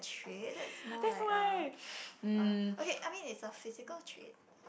that's why um